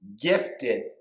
gifted